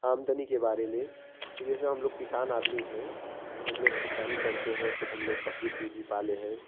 आमदनी के बारे में कि जैसे हम लोग किसान आदमी है तो हम लोग किसानी करते हैं तो हम लोग बकरी वकरी भी पाले हैं